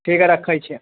ठीक हइ रखै छिअऽ